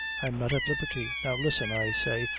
i'm not at liberty. now listen, i say,